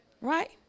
Right